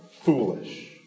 foolish